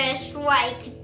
strike